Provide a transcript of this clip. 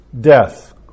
Death